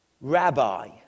rabbi